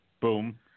boom